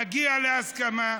נגיע להסכמה.